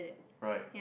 right